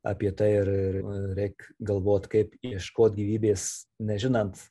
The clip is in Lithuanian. apie tai ir ir reik galvot kaip ieškot gyvybės nežinant